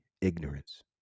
ignorance